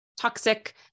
toxic